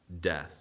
death